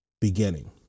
beginning